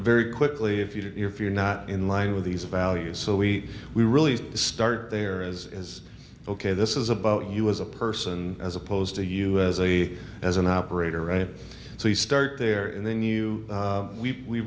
very quickly if you do if you're not in line with these values so we we really start there is ok this is about you as a person as opposed to us as a as an operator right so you start there and then you